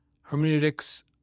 Hermeneutics